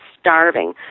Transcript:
starving